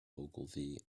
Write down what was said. ogilvy